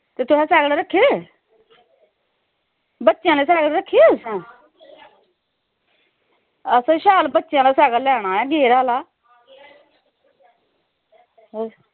ते तुसें सैकल रक्खे दे बच्चें आह्ले सैकल रक्खे दे तुसें असें शैल बच्चें आह्ला सैकल लैना ऐ गेयर आह्ला